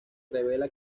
revela